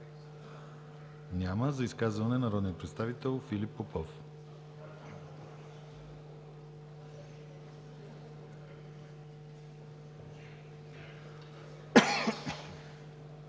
Няма. За изказване – народният представител Филип Попов.